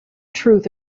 truth